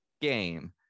game